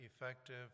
effective